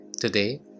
Today